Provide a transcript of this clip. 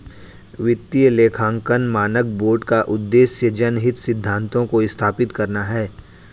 वित्तीय लेखांकन मानक बोर्ड का उद्देश्य जनहित सिद्धांतों को स्थापित करना है